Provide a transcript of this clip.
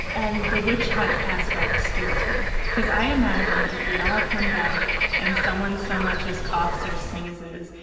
and the witch hunt aspect scares me cause i imagine, if we all come back and someone so much as coughs or sneezes,